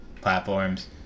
platforms